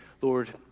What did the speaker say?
Lord